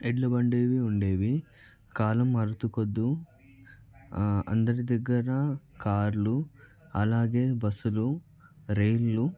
ఎడ్లబళ్ళు ఉండేవి కాలం మారుతూ కొద్ది అందరి దగ్గర కార్లు అలాగే బస్సులు రైళ్ళు